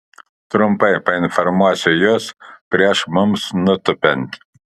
trumpai painformuosiu jus prieš mums nutūpiant